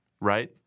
right